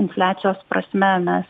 infliacijos prasme mes